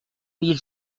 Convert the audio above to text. mille